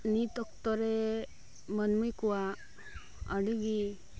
ᱱᱤᱛ ᱚᱠᱛᱚ ᱨᱮ ᱢᱟᱹᱱᱢᱤ ᱠᱚᱣᱟᱜ ᱟᱹᱰᱤ ᱜᱮ